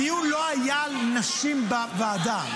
הדיון לא היה על נשים בוועדה.